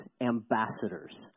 ambassadors